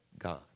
God